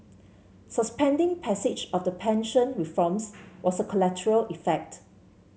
suspending passage of the pension reforms was a collateral effect